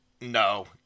no